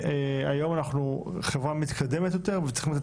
היום אנחנו בחברה מתקדמת יותר ואנחנו צריכים לתת